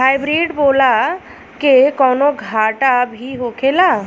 Hybrid बोला के कौनो घाटा भी होखेला?